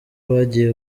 bagiye